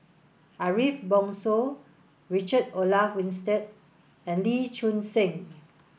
Ariff Bongso Richard Olaf Winstedt and Lee Choon Seng